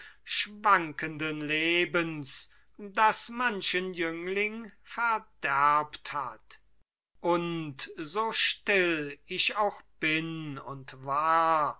schwankenden lebens das manchen jüngling verderbt hat und so still ich auch bin und war